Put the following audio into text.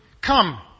come